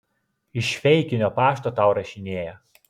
iš feikinio pašto tau rašinėja